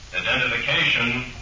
Identification